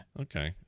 Okay